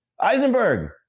Eisenberg